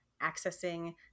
accessing